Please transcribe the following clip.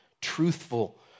truthful